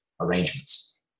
arrangements